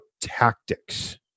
tactics